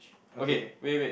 okay